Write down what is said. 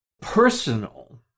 personal